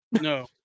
No